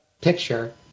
picture